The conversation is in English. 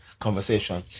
conversation